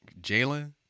Jalen